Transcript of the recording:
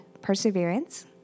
perseverance